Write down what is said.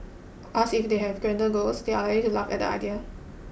asked if they had grander goals they are likely to laugh at the idea